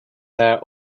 her